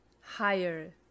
higher